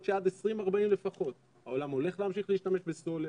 שעד 2040 לפחות העולם הולך להמשיך להשתמש בסולר,